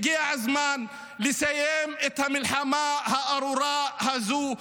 הגיע הזמן לסיים את המלחמה הארורה הזו.